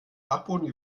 dachboden